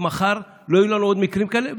שמחר לא יהיו לנו עוד מקרים כאלה,